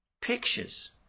Pictures